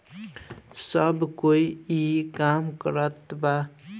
सब कोई ई काम करत बा